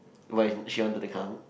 why she want to take count